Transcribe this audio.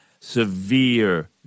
severe